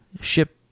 Ship